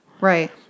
right